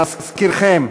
להזכירכם,